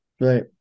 Right